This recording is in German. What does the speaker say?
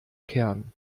kern